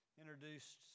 introduced